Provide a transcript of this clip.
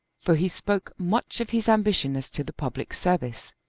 for he spoke much of his ambition as to the public service.